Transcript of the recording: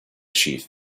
chief